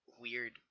weird